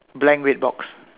blank red box